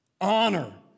honor